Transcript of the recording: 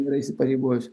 yra įsipareigojus